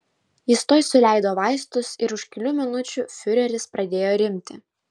jis tuoj suleido vaistus ir už kelių minučių fiureris pradėjo rimti